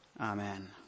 Amen